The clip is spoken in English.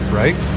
right